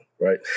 Right